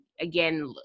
again